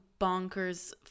bonkers